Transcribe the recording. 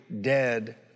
dead